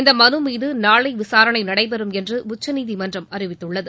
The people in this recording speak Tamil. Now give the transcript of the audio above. இந்த மனு மீது நாளை விசாரணை நடைபெறும் என்று உச்சநீதிமன்றம் அறிவித்துள்ளது